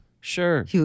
Sure